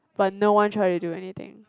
but no one try to do anything